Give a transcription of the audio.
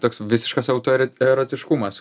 toks visiškas autori erotiškumas